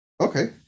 okay